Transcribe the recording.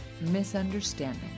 misunderstanding